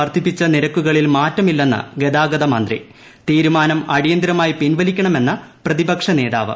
വർദ്ധിപ്പിച്ച നിരക്കുകളിൽ മാറ്റമില്ലെന്ന് ഗതാഗതമന്ത്രി തീരുമാനം അടിയന്തരമായി പിൻവലിക്കണമെന്ന് പ്രതിപക്ഷ നേതാവ്